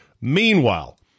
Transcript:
Meanwhile